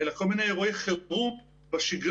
אלא כל מיני אירועי חירום בשגרה,